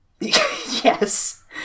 Yes